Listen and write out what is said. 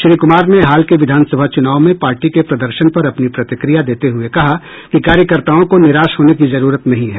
श्री कुमार ने हाल के विधानसभा चुनाव में पार्टी के प्रदर्शन पर अपनी प्रतिक्रिया देते हुए कहा कि कार्यकर्ताओं को निराश होने की जरूरत नहीं है